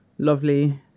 lovely